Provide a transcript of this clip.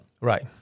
Right